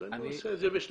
אז אני עושה את זה בשלבים.